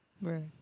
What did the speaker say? Right